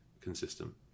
consistent